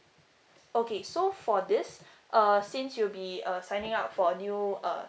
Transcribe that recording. okay so for this uh since you'll be uh signing up for new uh